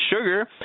sugar